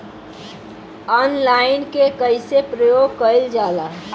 Online के कइसे प्रयोग कइल जाला?